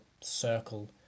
circle